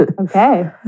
okay